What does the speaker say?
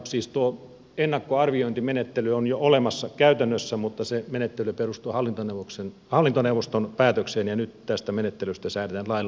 siis tuo ennakkoarviointimenettely on jo olemassa käytännössä mutta se menettely perustuu hallintoneuvoston päätökseen ja nyt tästä menettelystä säädetään lailla